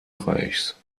reichs